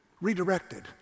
redirected